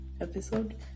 episode